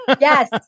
Yes